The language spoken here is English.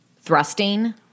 thrusting